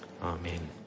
Amen